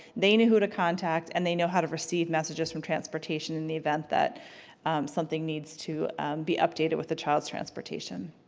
they know who to contact and they know how to receive messages from transportation in the event that something needs to be updated with the child's transportation.